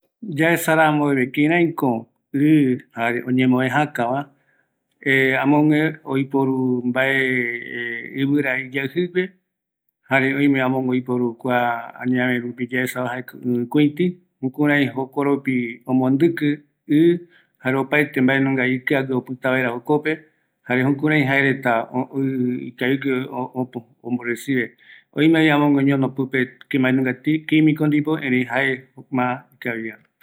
Jaesa rambeve kïraï ñamoejäkä vaera, öime jeta kïraï oyeapo vaera, jokuara yaiporu ɨvɨra iyaɨjɨ, ɨvɨkuitɨ, jare limon tɨɨ guepe, tëtäguaju rupi öimema oitɨ pɨpereta moa, erei oipota guerupi ikavi